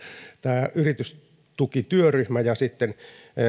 tämä yritystukityöryhmä ja sitten